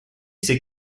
ces